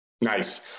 Nice